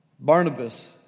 Barnabas